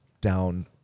down